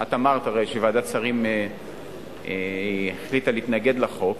את אמרת הרי שוועדת השרים החליטה להתנגד לחוק,